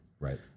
Right